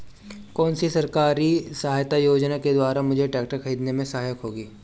कौनसी सरकारी सहायता योजना के द्वारा मुझे ट्रैक्टर खरीदने में सहायक होगी?